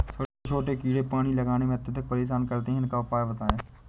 छोटे छोटे कीड़े पानी लगाने में अत्याधिक परेशान करते हैं इनका उपाय बताएं?